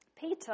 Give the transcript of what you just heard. Peter